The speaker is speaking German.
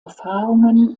erfahrungen